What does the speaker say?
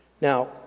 Now